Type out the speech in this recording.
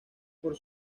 por